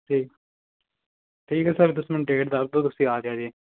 ਠੀਕ ਠੀਕ ਹੈ ਸਰ ਤੁਸੀਂ ਮੈਨੂੰ ਡੇਟ ਦੱਸ ਦਿਉ ਤੁਸੀਂ ਆ ਜਿਉ ਜੇ